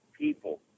people